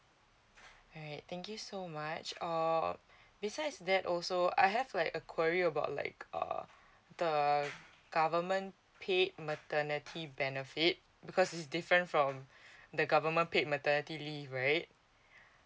alright thank you so much um besides that also I have like a query about like uh the government paid maternity benefit because is different from the government paid maternity leave right